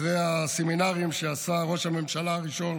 אחרי הסמינרים שעשה ראש הממשלה הראשון